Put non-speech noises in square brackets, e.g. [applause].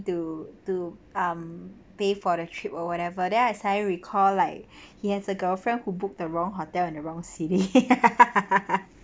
to to um pay for the trip or whatever then I suddenly recall like he has a girlfriend who booked the wrong hotel in the wrong city [laughs]